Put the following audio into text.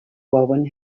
warren